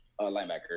linebacker